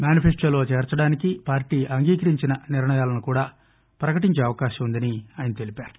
మేనిఫెస్టోలో చేర్పడానికి పార్టీ అంగీకరించిన నిర్ణయాలను కూడా ప్రకటించే అవకాశం ఉందని ఆయన చెప్పారు